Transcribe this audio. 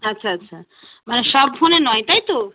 আচ্ছা আচ্ছা মানে সব ফোনে নয় তাই তো